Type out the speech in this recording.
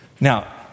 Now